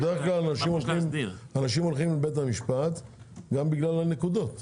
בדרך-כלל אנשים הולכים לבית המשפט גם בגלל הנקודות.